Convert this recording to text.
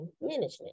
management